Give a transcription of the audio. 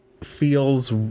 feels